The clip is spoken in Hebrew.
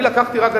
אני לקחתי רק,